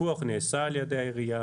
הפיקוח נעשה על ידי העירייה.